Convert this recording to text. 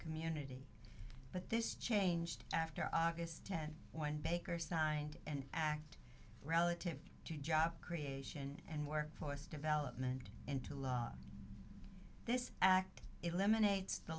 community but this changed after august tenth when baker signed an act relative to job creation and workforce development into law this act eliminates the